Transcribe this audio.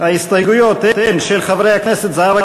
ההסתייגויות הן של חברי הכנסת זהבה